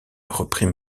reprit